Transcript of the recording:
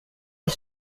est